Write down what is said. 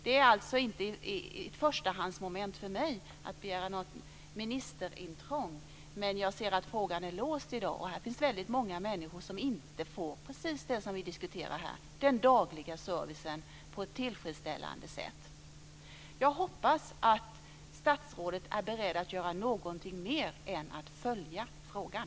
Det är alltså inget förstahandsmoment för mig att begära något ministerintrång. Men jag ser att frågan är låst i dag. Det finns väldigt många människor som inte får precis det som vi diskuterar här, den dagliga servicen på ett tillfredsställande sätt. Jag hoppas att statsrådet är beredd att göra någonting mer än att följa frågan.